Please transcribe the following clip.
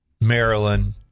Maryland